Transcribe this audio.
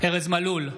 ארז מלול,